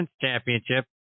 Championship